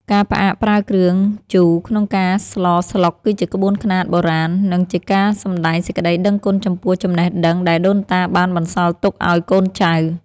ការផ្អាកប្រើគ្រឿងជូរក្នុងការស្លស្លុកគឺជាក្បួនខ្នាតបុរាណ និង ជាការសម្តែងសេចក្តីដឹងគុណចំពោះចំណេះដឹងដែលដូនតាបានបន្សល់ទុកឱ្យកូនចៅ។